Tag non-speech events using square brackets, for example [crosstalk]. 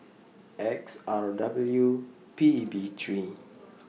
X R W P B three [noise]